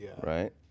right